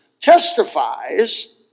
testifies